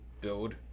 build